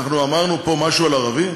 אמרנו פה משהו על ערבים?